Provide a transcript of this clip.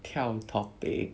跳 topic